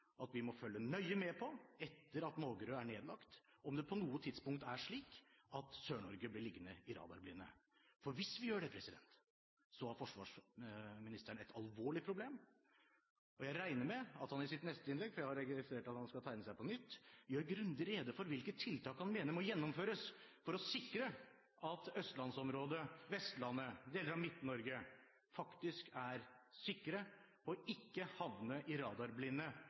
at vi må følge nøye med på – etter at Mågerø er nedlagt – om det på noe tidspunkt er slik at Sør-Norge blir liggende i radarblinde. For hvis vi gjør det, har forsvarsministeren et alvorlig problem. Jeg regner med at han i sitt neste innlegg – for jeg har registrert at han har tegnet seg på nytt – gjør grundig rede for hvilke tiltak han mener må gjennomføres for å sikre at man i østlandsområdet, på Vestlandet og i deler av Midt-Norge ikke havner i radarblinde